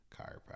Chiropractor